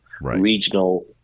regional